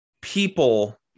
people